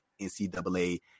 NCAA